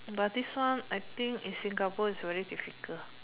but this one I think in Singapore is very difficult